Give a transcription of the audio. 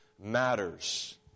matters